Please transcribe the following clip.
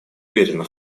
уверена